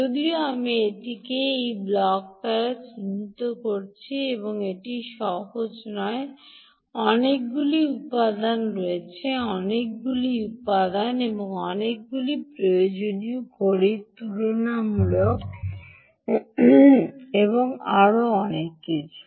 যদিও আমি এটিকে এই ব্লক দ্বারা চিহ্নিত করেছি এটি সহজ নয় অনেকগুলি উপাদান রয়েছে অনেকগুলি উপাদান এবং অনেকগুলি প্রয়োজনীয় ঘড়ির তুলনামূলক এবং আরও অনেক কিছু